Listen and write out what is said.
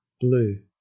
Blue